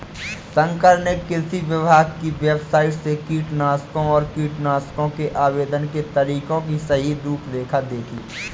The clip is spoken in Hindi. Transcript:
शंकर ने कृषि विभाग की वेबसाइट से कीटनाशकों और कीटनाशकों के आवेदन के तरीके की सही रूपरेखा देखी